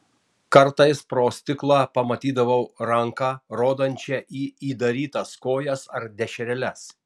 kartais pro stiklą pamatydavau ranką rodančią į įdarytas kojas ar dešreles